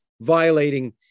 violating